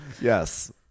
Yes